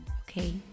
okay